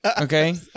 Okay